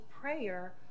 prayer